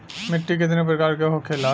मिट्टी कितने प्रकार के होखेला?